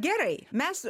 gerai mes